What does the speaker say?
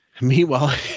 Meanwhile